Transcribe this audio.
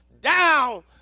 down